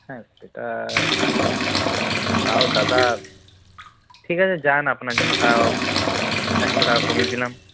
হ্যাঁ সেটা তাও দাদা ঠিক আছে যান আপনার জন্য তাও একশো টাকা কমিয়ে দিলাম